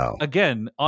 again